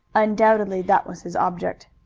undoubtedly that was his object.